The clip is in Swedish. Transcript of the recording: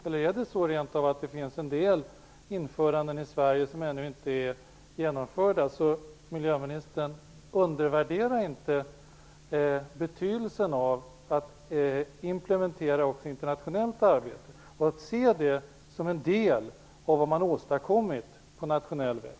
Eller finns det rent av en del införanden i Sverige som ännu inte är genomförda? Miljöministern! Undervärdera inte betydelsen av att implementera också internationellt arbete! Se det som en del av det som man åstadkommit på nationell väg!